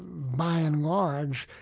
by and large,